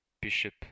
bishop